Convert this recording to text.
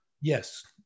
Yes